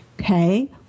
Okay